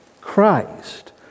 Christ